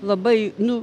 labai nu